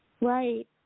Right